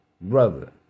Brother